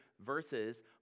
verses